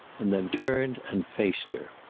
and then turned and faced her.